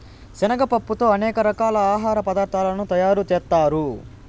శనగ పప్పుతో అనేక రకాల ఆహార పదార్థాలను తయారు చేత్తారు